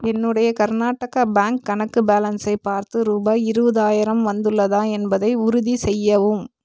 என்னுடைய கர்நாடகா பேங்க் கணக்கு பேலன்ஸை பார்த்து ரூபாய் இருபதாயிரம் வந்துள்ளதா என்பதை உறுதிசெய்யவும்